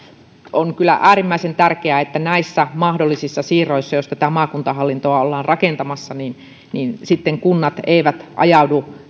on kyllä äärimmäisen tärkeää että näissä mahdollisissa siirroissa jos tätä maakuntahallintoa ollaan rakentamassa kunnat eivät sitten ajaudu